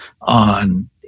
on